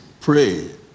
pray